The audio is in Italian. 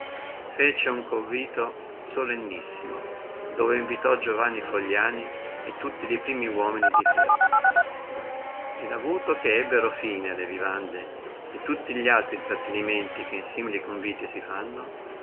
fece uno convito solennissimo dove invitò giovanni fogliani e tutti li primi uomini di fermo e consumate che furono le vivande e tutti li altri intrattenimenti che in simili conviti si usano